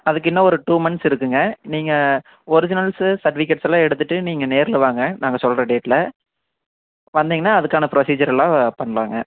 அதற்கு இன்னும் ஒரு டூ மந்த்ஸ் இருக்குங்க நீங்கள் ஒரிஜினல்ஸு சர்ட்டிஃபிக்கேட்ஸுல்லா எடுத்துகிட்டு நீங்கள் நேரில் வாங்க நாங்கள் சொல்லுற டேட்டில் வந்திங்கன்னா அதற்கான ப்ரொசீஜரெல்லாம் பண்ணலாங்க